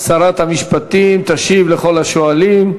שרת המשפטים תשיב לכל השואלים.